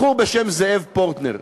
בחור בשם זאב פורטנר,